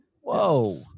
whoa